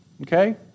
Okay